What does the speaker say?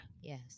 Yes